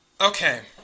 Okay